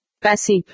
Passive